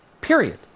period